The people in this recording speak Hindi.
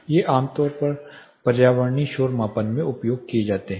ये आमतौर पर पर्यावरणीय शोर मापन में उपयोग किए जाते हैं